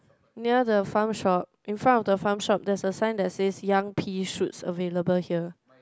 near the farm shop in front of the farm shop there's a sign that says young pea shoots available here